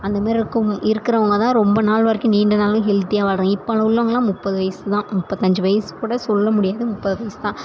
அந்த மாரி இருக்கிறவங்க தான் ரொம்ப நாள் வரைக்கும் நீண்ட நாளும் ஹெல்த்தியாக வாழ்கிறாங்க இப்போ உள்ளவங்கள்லாம் முப்பது வயது தான் முப்பத்தஞ்சு வயது கூட சொல்ல முடியாது முப்பது வயது தான்